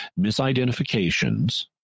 misidentifications